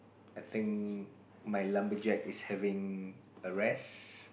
I think my lumberjack is having a rest